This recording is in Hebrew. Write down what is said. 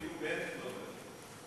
אפילו בנט לא אומר את זה.